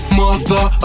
mother